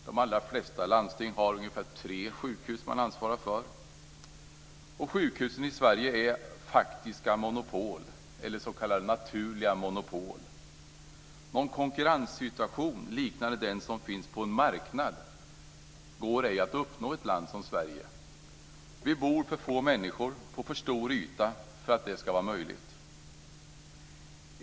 De allra flesta landsting har ungefär tre sjukhus som man ansvarar för. Sjukhusen i Sverige är faktiska monopol eller s.k. naturliga monopol. Någon konkurrenssituation liknande den som finns på en marknad går ej att uppnå i ett land som Sverige. Det bor för få människor på för stor yta för att det ska vara möjligt.